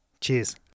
Cheers